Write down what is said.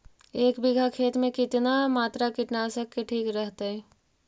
एक बीघा खेत में कितना मात्रा कीटनाशक के ठिक रहतय?